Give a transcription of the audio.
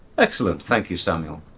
excellent, thank you samuel.